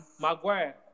Maguire